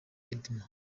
elmay